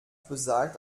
besagt